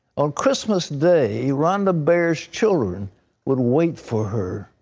on christmas day, rhonda bear's children would wait for her,